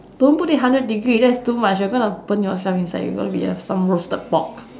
don't put it hundred degree that's too much you're going to burn yourself inside you're going to be sun roasted pork